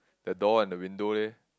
that door and the window leh